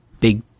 big